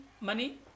money